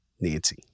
nancy